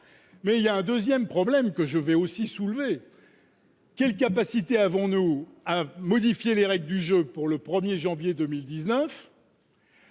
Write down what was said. Mais il y a un 2ème problème que je vais aussi soulevé. Quelle capacité, avons-nous à modifier les règles du jeu pour le 1er janvier 2019.